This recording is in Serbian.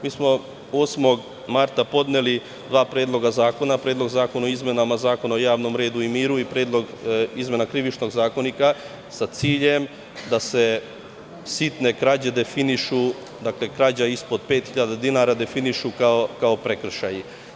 Mi smo 8. marta podneli dva predloga zakona – Predlog zakona o izmenama Zakona o javnom redu i miru i Predlog izmena Krivičnog zakonika, sa ciljem da se sitne krađe definišu, dakle, krađa ispod pet hiljada dinara, definišu kao prekršaji.